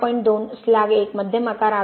2 slag एक मध्यम आकार 8